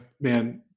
Man